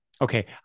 Okay